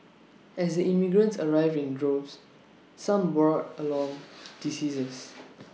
as the immigrants arrived in droves some brought along diseases